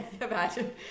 Imagine